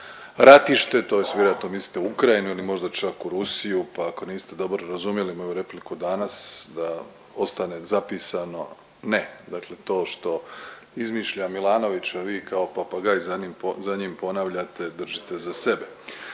ratište to jest vjerojatno mislite u Ukrajinu ili možda čak u Rusiju, pa ako niste dobro razumjeli moju repliku danas da ostane zapisano, ne, dakle to što izmišlja Milanović a vi kao papagaj za njim ponavljate držite za sebe.